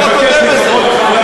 לפחות תודה בזה.